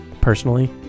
personally